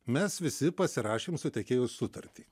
mes visi pasirašėm su tiekėju sutartį